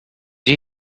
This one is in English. you